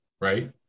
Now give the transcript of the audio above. right